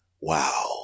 wow